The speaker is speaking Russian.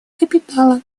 капитала